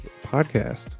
podcast